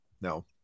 No